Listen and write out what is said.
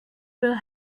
will